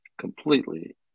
completely